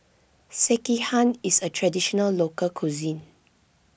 Sekihan is a Traditional Local Cuisine